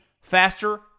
faster